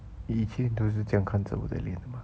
你以前你都是这样看着我的脸的 mah